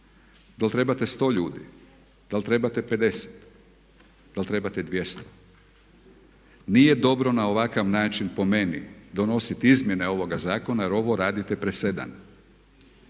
da li trebate sto ljudi, da li trebate 50, da li trebate 200. Nije dobro na ovakav način po meni donositi izmjene ovoga zakona, jer ovo radite presedan.